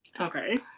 okay